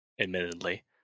admittedly